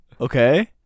Okay